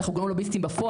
אנחנו גם לא לוביסטים בפועל.